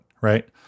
right